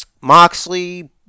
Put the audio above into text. Moxley